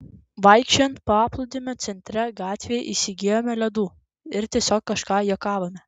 vaikščiojant paplūdimio centrine gatve įsigijome ledų ir tiesiog kažką juokavome